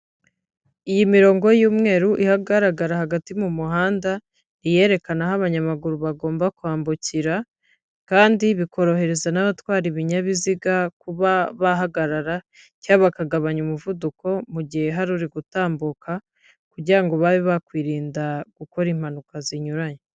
Iyi mirongo y'umweru igaragara hagati mu muhanda, iyerekana aho abanyamaguru bagomba kwambukira; kandi bikorohereza n'abatwara ibinyabiziga kuba bahagarara cyangwa bakagabanya umuvuduko mu gihe hari ugiye gutambuka, kugira ngo babe bakwirinda gukora impanuka zinyuranye.